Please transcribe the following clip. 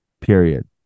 Period